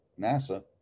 NASA